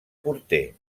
porter